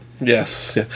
Yes